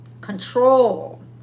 Control